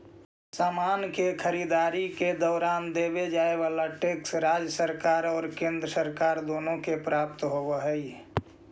समान के खरीददारी के दौरान देवे जाए वाला टैक्स राज्य सरकार और केंद्र सरकार दोनो के प्राप्त होवऽ हई